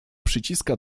przyciska